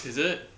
is it